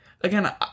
again